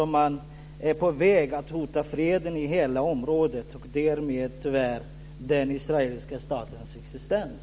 Man är ju på väg att hota freden i hela området och därmed tyvärr också den israeliska statens existens.